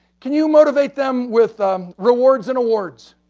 can you motivate them with rewards and awards?